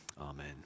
Amen